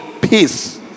peace